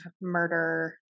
murder